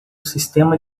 sistema